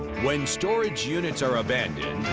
when storage units are abandoned.